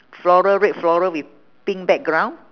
floral red floral with pink background